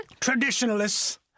Traditionalists